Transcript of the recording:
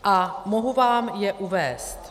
A mohu vám je uvést.